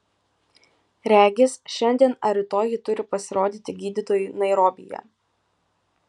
regis šiandien ar rytoj ji turi pasirodyti gydytojui nairobyje